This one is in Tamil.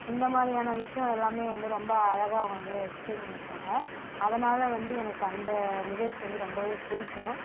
இந்த மாதிரியான விஷயம் எல்லாமே வந்து ரொம்ப அழகாக அவங்க வந்து எக்ஸ்பிளைன் பண்ணி இருக்காங்க அதனால் வந்து எனக்கு அந்த நிகழ்ச்சி வந்து ரொம்பவே பிடிக்கும்